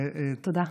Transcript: תודה.